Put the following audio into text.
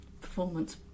performance